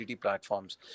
platforms